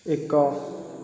ଏକ